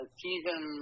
season